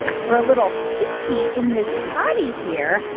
for a little pee-pee in this potty here,